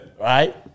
Right